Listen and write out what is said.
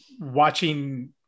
watching